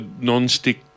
non-stick